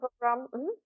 program